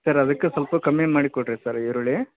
sir ಅದಕ್ಕೆ ಸ್ವಲ್ಪ ಕಮ್ಮಿ ಮಾಡಿ ಕೊಡಿರಿ ಸರ್ ಈರುಳ್ಳಿ